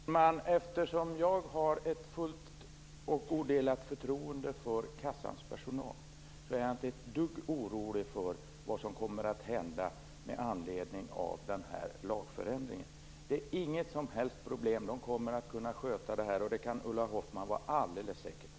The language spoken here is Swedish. Fru talman! Eftersom jag har ett fullt och odelat förtroende för kassans personal, är jag inte dugg orolig för vad som kommer att hända med anledning av lagförändringen. Det finns inget som helst problem. De kommer att kunna sköta detta. Det kan Ulla Hoffmann vara alldeles säker på.